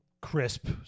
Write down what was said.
Crisp